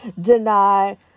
deny